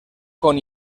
con